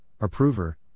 approver